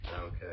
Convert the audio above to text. Okay